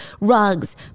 rugs